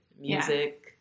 Music